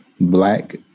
black